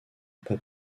pas